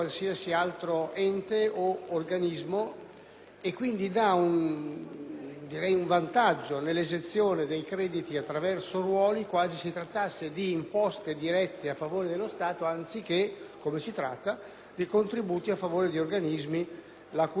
un vantaggio nell'esazione dei crediti attraverso ruoli, quasi si trattasse di imposte dirette a favore dello Stato anziché, come si tratta, di contributi a favore di organismi la cui stessa natura è stata inquadrata e definita in modo diverso.